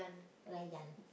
Rayyan